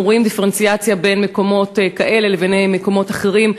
אנחנו רואים דיפרנציאציה בין מקומות כאלה למקומות אחרים.